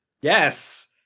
Yes